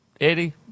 Eddie